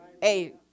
hey